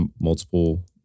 multiple